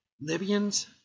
Libyans